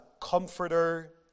comforter